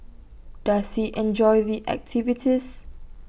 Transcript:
does he enjoy the activities